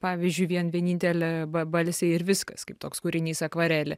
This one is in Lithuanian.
pavyzdžiui vien vienintelė ba balsė ir viskas kaip toks kūrinys akvarelė